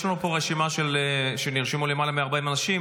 יש לנו פה רשימה שנרשמו בה למעלה מ-40 אנשים.